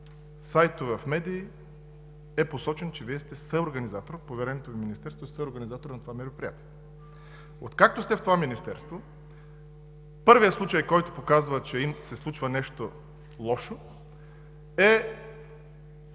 сайтове, в медии, е посочено, че Вие сте съорганизатор, повереното Ви Министерство е съорганизатор на това мероприятие. Откакто сте в това министерство първият случай, който показва, че се случва нещо лошо, е